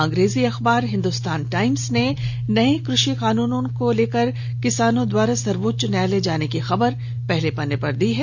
अंग्रेजी अखबार हिंदुस्तान टाइम्स ने नए कृषि कानून को लेकर किसानों द्वारा सर्वोच्च न्यायालय जाने की खबर को पहले ॅपन्ने पर प्रकाशित किया है